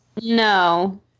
No